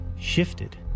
shifted